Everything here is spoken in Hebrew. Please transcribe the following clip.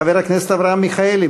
חבר הכנסת אברהם מיכאלי,